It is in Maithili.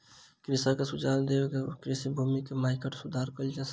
कृषक के सुझाव दय के ओ कृषि भूमि के माइटक सुधार कय सकला